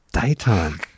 Daytime